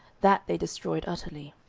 that they destroyed utterly.